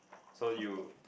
so you